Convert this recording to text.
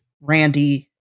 Randy